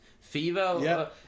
fever